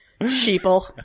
sheeple